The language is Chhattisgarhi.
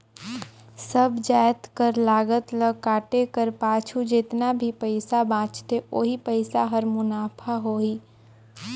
सब जाएत कर लागत ल काटे कर पाछू जेतना भी पइसा बांचथे ओही पइसा हर मुनाफा होही